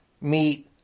meat